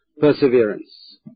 perseverance